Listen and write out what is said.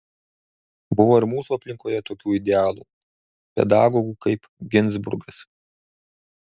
buvo ir mūsų aplinkoje tokių idealų pedagogų kaip ginzburgas